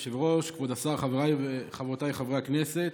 אנחנו נעבור להצבעה ונאשר דיון במליאה בנושא הזה.